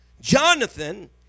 Jonathan